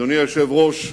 אדוני היושב-ראש,